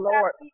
Lord